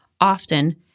often